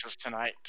tonight